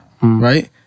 right